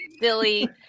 Billy